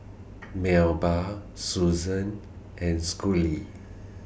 Melba Susan and Schley